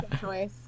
choice